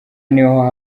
niho